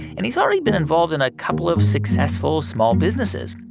and he's already been involved in a couple of successful small businesses.